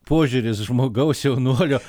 požiūris žmogaus jaunuolio